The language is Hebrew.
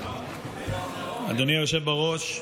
אדוני היושב בראש,